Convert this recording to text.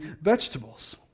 vegetables